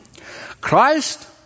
Christ